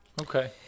Okay